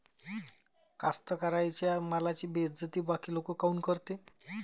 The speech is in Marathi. कास्तकाराइच्या मालाची बेइज्जती बाकी लोक काऊन करते?